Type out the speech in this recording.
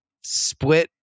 split